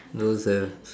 those have